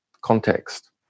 context